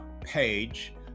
page